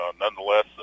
Nonetheless